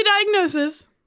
diagnosis